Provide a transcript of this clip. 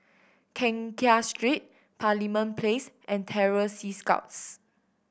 Keng Kiat Street Parliament Place and Terror Sea Scouts